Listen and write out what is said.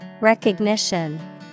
Recognition